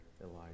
Elijah